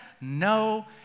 No